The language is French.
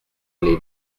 les